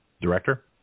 director